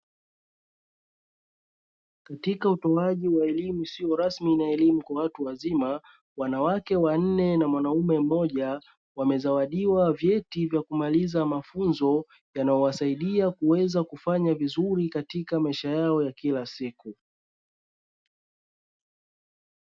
Katika utoaji wa elimu isiyo rasmi na elimu kwa watu wazima. Wanawake wanne na mwanaume mmoja wamezawadiwa vyeti vya kumaliza mafunzo, yanayowasaidia kuweza kufanya vizuri katika maisha yao ya kila siku.